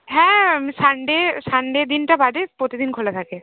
হ্যাঁ Sunday Sunday দিনটা বাদে প্রতিদিন খোলা থাকে